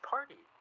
Party